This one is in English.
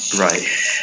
Right